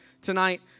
tonight